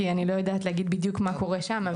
כי אני לא יודעת להגיד בדיוק מה קורה שם,